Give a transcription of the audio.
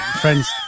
Friends